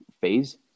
phase